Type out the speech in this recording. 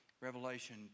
Revelation